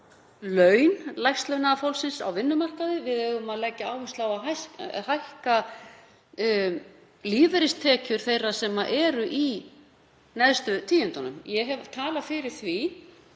laun lægstlaunaða fólksins á vinnumarkaði. Við eigum að leggja áherslu á að hækka lífeyristekjur þeirra sem eru í neðstu tíundunum. Ég hef talað fyrir því